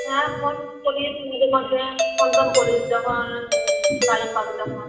হ্যাঁ ফোন করিস মাঝে মধ্যে ফোন টোন করিস যখন টাইম পাবি তখন